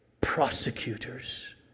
prosecutors